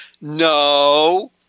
No